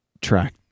track